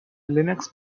linux